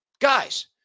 Guys